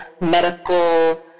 medical